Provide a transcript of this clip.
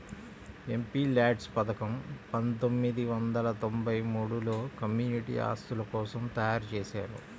MPLADS పథకం పందొమ్మిది వందల తొంబై మూడులో కమ్యూనిటీ ఆస్తుల కోసం తయ్యారుజేశారు